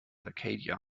arcadia